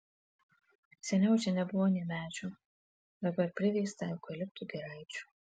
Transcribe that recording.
seniau čia nebuvo nė medžių dabar priveista eukaliptų giraičių